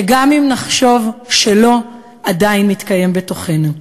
שגם אם נחשוב שלא, עדיין מתקיים בתוכנו.